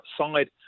outside